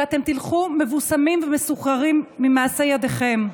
ואתם תלכו מבושמים ומסוחררים ממעשה ידיכם.